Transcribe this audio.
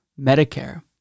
Medicare